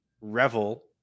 revel